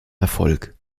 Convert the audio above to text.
erfolg